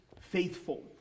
faithful